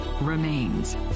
remains